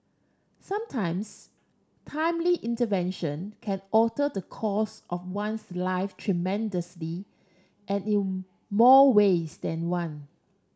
sometimes timely intervention can alter the course of one's life tremendously and in more ways than one